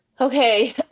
Okay